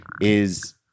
is-